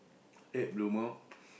late bloomer